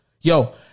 Yo